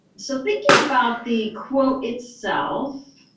so thinking about the quote itself,